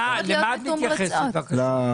למה את מתייחסת בבקשה?